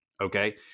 Okay